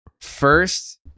first